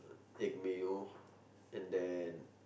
egg mayo and then